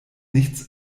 nichts